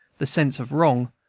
the sense of wrong,